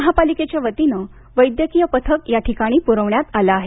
महापालिकेच्या वतीने वैद्यकिय पथक या ठिकाणी पुरवण्यात आले आहे